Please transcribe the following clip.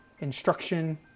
instruction